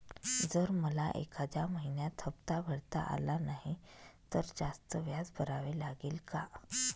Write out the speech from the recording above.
जर मला एखाद्या महिन्यात हफ्ता भरता आला नाही तर जास्त व्याज भरावे लागेल का?